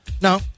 No